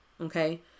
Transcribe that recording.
Okay